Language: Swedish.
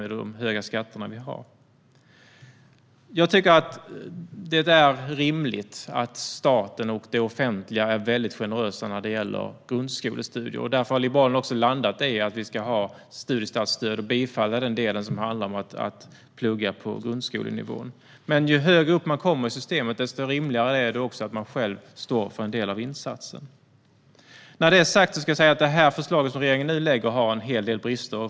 Det är rimligt att staten och det offentliga är generösa när det gäller grundskolestudier. Därför har Liberalerna också landat i att vi ska ha studiestartsstöd, och vi yrkar bifall till den del som handlar om studier på grundskolenivå. Men ju högre upp i systemet man kommer, desto rimligare är det att man själv står för en del av insatsen. Det förslag som regeringen lägger fram har en del brister.